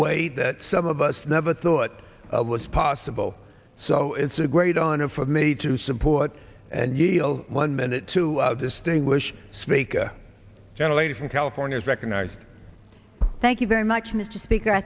way that some of us never thought was possible so it's a great honor for me to support a deal one minute to distinguish spica generated from california is recognized thank you very much mr speaker i